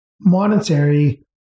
monetary